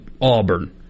auburn